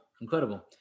incredible